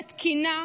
בתקינה,